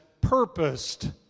purposed